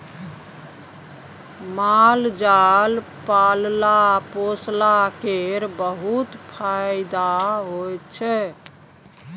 माल जाल पालला पोसला केर बहुत फाएदा होइ छै